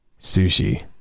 sushi